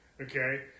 Okay